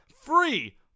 free